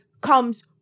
comes